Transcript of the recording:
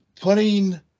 putting